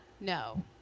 No